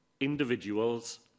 individuals